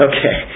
Okay